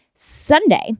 Sunday